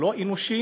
הלא-אנושי,